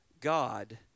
God